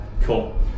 cool